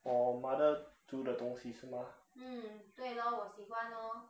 我 mother 煮的东西是吗